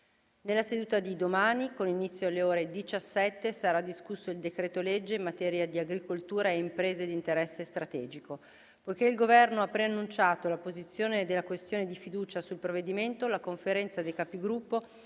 Nella seduta di domani, a partire dalle ore 17, sarà discusso il decreto-legge in materia di agricoltura e imprese di interesse strategico. Poiché il Governo ha preannunciato la posizione della questione di fiducia sul provvedimento, la Conferenza dei Capigruppo